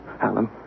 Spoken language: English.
Alan